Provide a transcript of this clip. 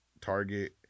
Target